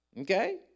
Okay